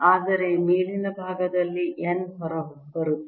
ಆದರೆ ಮೇಲಿನ ಭಾಗದಲ್ಲಿ n ಹೊರಬರುತ್ತಿದೆ